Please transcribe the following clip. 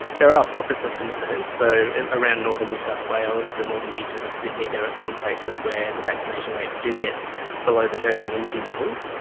there are pockets of concern. so, around around northern new south wales, the northern beaches of sydney, there are some places where the vaccination rates do get below the herd immunity levels.